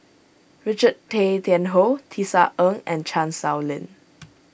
Richard Tay Tian Hoe Tisa Ng and Chan Sow Lin